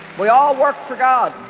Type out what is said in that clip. we all work for god